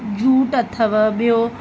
jute अथव ॿियो